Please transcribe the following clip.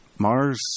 Mars